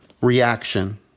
reaction